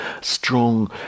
strong